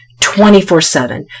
24-7